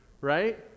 right